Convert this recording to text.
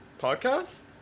podcast